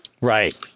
Right